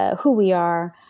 ah who we are,